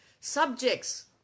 subjects